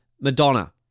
Madonna